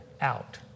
out